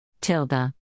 Tilda